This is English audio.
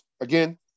again